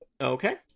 Okay